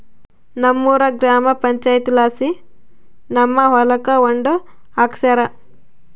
ನಮ್ಮೂರ ಗ್ರಾಮ ಪಂಚಾಯಿತಿಲಾಸಿ ನಮ್ಮ ಹೊಲಕ ಒಡ್ಡು ಹಾಕ್ಸ್ಯಾರ